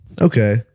Okay